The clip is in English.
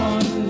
One